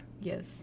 Yes